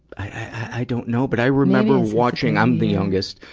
i, i don't know, but i remember watching i'm the youngest,